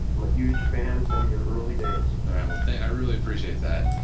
but huge fan from your early days i really appreciate that.